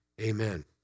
Amen